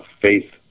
faith